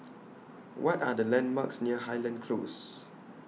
What Are The landmarks near Highland Close